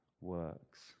works